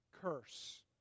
curse